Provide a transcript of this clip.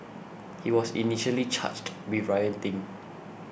he was initially charged with rioting